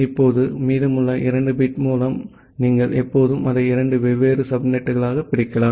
இப்போது மீதமுள்ள 2 பிட் மூலம் நீங்கள் எப்போதும் அதை இரண்டு வெவ்வேறு சப்நெட்களாக பிரிக்கலாம்